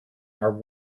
are